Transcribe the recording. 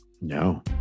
No